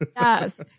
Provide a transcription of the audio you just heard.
Yes